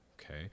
okay